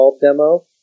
demo